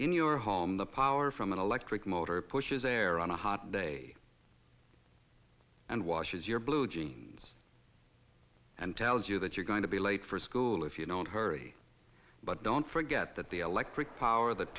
in your home the power from an electric motor pushes air on a hot day and washes your blue jeans and tells you that you're going to be late for school if you don't hurry but don't forget that the electric power that